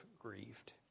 grieved